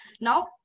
Now